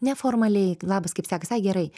ne formaliai labas kaip sekas ai gerai